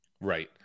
right